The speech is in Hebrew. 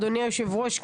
אדוני היושב-ראש,